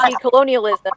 colonialism